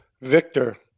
Victor